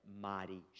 mighty